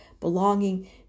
belonging